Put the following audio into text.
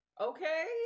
Okay